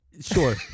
Sure